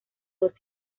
dos